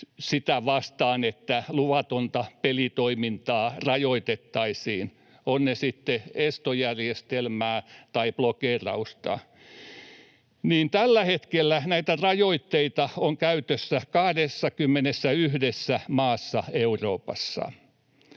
sitä vastaan, että luvatonta pelitoimintaa rajoitettaisiin, on se sitten estojärjestelmää tai blokeerausta, niin tällä hetkellä näitä rajoitteita on käytössä 21 maassa Euroopassa,